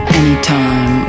anytime